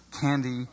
candy